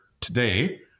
today